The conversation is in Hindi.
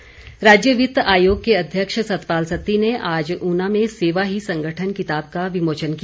सत्ती राज्य वित्त आयोग के अध्यक्ष सतपाल सत्ती ने आज ऊना में सेवा ही संगठन किताब का विमोचन किया